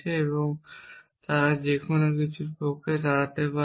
এবং তারা যেকোনো কিছুর পক্ষে দাঁড়াতে পারে